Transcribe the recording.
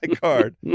card